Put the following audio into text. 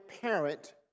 parent